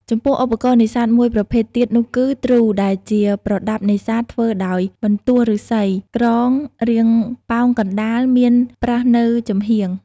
ចំពោះឧបករណ៍នេសាទមួយប្រភេទទៀតនោះគឺ ទ្រូ ដែលជាប្រដាប់នេសាទ ធ្វើដោយបន្ទោះឫស្សីក្រងរាងប៉ោងកណ្ដាល មានប្រឹសនៅចំហៀង។